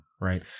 right